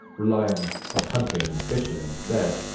relying on hunting and fishing instead.